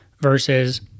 versus